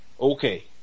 Okay